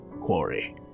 quarry